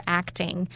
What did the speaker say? acting